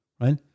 right